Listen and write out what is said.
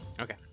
Okay